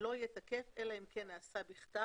לא יהיה תקף אלא אם כן נעשה בכתב